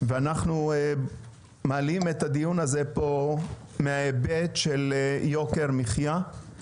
ואנחנו מעלים את הדיון הזה פה מההיבט של יוקר המחיה.